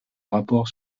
rapport